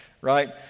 right